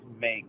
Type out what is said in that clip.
make